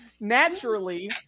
naturally